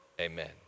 Amen